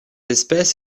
espèce